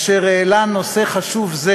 אשר העלה נושא חשוב זה